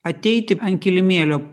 ateiti ant kilimėlio